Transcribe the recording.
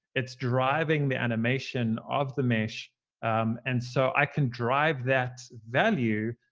it's driving the animation of the mesh and so i can drive that value